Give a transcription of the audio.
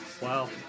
Wow